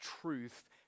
truth